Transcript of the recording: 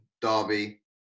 derby